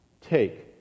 Take